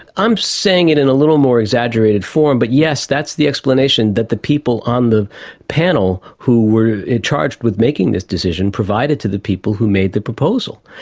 i'm saying it in a little more exaggerated form, but yes, that's the explanation that the people on the panel who were charged with making this decision provided to the people who made the proposal,